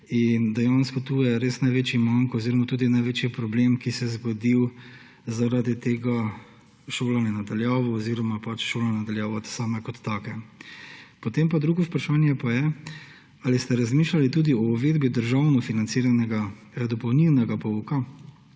in dejansko tukaj je res največji manko oziroma tudi največji problem, ki se je zgodil zaradi tega šolanja na daljavo oziroma šole na daljavo same kot take. Potem drugo vprašanje pa je: Ali ste razmišljali tudi o uvedbi državno financiranega dopolnilnega pouka